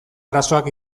arazoak